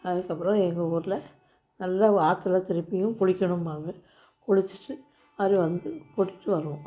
அதுக்கப்புறம் எங்கள் ஊரில் நல்ல ஒரு ஆற்றுல திருப்பியும் குளிக்கணும்பாங்க குளிச்சிவிட்டு மறுடியும் வந்து கூட்டிகிட்டு வருவோம்